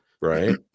right